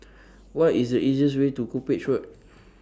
What IS The easiest Way to Cuppage Road